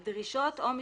דרישות או מסמכים.